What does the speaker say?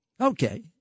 Okay